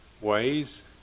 ways